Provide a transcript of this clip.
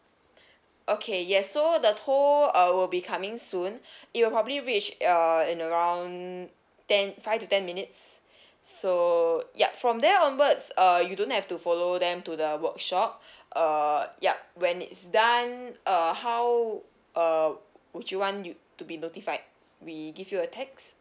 okay yes so the tow uh will be coming soon it will probably reach uh in around ten five to ten minutes so yup from there onwards uh you don't have to follow them to the workshop uh yup when it's done uh how uh would you want you to be notified we give you a text